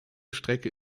strecke